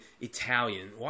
Italian